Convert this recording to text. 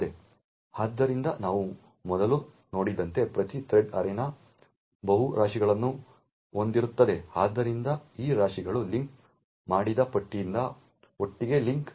ಆದ್ದರಿಂದ ನಾವು ಮೊದಲು ನೋಡಿದಂತೆ ಪ್ರತಿ ಥ್ರೆಡ್ ಅರೆನಾ ಬಹು ರಾಶಿಗಳನ್ನು ಹೊಂದಿರುತ್ತದೆ ಆದ್ದರಿಂದ ಈ ರಾಶಿಗಳು ಲಿಂಕ್ ಮಾಡಿದ ಪಟ್ಟಿಯಿಂದ ಒಟ್ಟಿಗೆ ಲಿಂಕ್ ಆಗುತ್ತವೆ